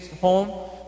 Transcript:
home